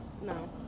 No